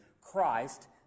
christ